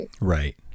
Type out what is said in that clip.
right